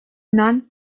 non